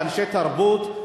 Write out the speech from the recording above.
זה אנשי תרבות,